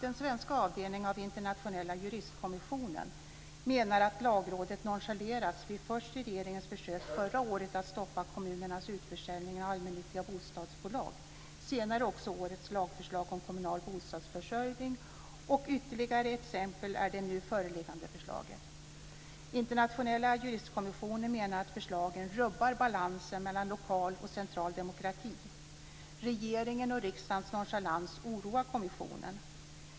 Den svenska avdelningen av Internationella juristkommissionen menar att Lagrådet nonchaleras, först vid regeringens försök förra året att stoppa kommunernas utförsäljning av allmännyttiga bostadsbolag och senare vid årets lagförslag om kommunal bostadsförsörjning. Ytterligare exempel är det nu föreliggande förslaget. Internationella juristkommissionen menar att förslagen rubbar balansen mellan lokal och central demokrati. Regeringens och riksdagens nonchalans oroar kommissionen.